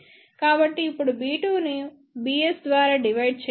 కాబట్టి ఇప్పుడు b2 ను bs ద్వారా డివైడ్ చేయవచ్చు